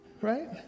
right